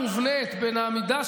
קראה לסרבנות.